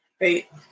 Right